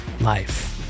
life